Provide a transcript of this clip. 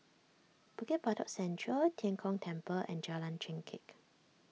Bukit Batok Central Tian Kong Temple and Jalan Chengkek